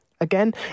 again